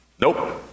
Nope